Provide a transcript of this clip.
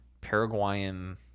Paraguayan